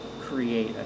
create